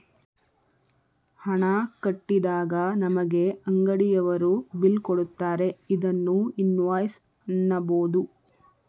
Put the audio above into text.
ಹಣ ಕಟ್ಟಿದಾಗ ನಮಗೆ ಅಂಗಡಿಯವರು ಬಿಲ್ ಕೊಡುತ್ತಾರೆ ಇದನ್ನು ಇನ್ವಾಯ್ಸ್ ಅನ್ನಬೋದು